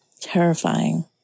terrifying